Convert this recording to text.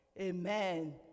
amen